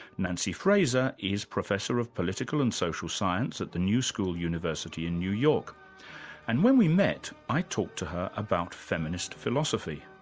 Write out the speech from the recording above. nancy fraser is professor of political and social science at the new school university in new york and when we met, i talked to her about feminist philosophy.